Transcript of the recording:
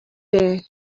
there